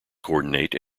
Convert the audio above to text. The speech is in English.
coordinate